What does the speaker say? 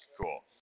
Cool